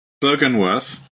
bergenworth